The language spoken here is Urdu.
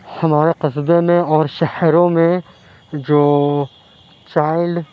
ہمارے قصبے میں اور شہروں میں جو چائلڈ